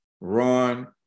run